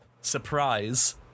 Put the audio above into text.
Surprise